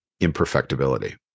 imperfectibility